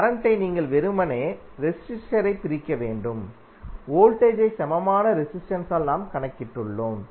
கரண்ட்டை நீங்கள் வெறுமனே ரெசிஸ்டரைப் பிரிக்க வேண்டும் வோல்டேஜை சமமான ரெசிஸ்டென்ஸால் நாம் கணக்கிட்டுள்ளோம்